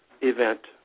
event